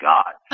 God